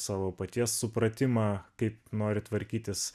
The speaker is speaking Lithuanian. savo paties supratimą kaip nori tvarkytis